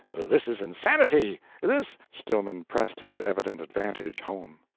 this is insanity this stillman pressed his evident advantage home.